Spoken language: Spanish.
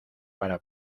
para